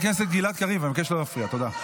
חבר הכנסת גלעד קריב, אני מבקש לא להפריע, תודה.